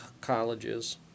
colleges